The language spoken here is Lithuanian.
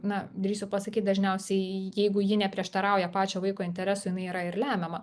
na drįsiu pasakyt dažniausiai jeigu ji neprieštarauja pačio vaiko interesui jinai yra ir lemiama